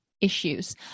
issues